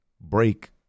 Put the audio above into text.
Break